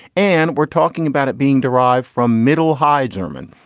and we're talking about it being derived from middle, high german.